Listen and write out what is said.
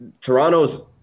Toronto's